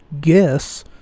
guess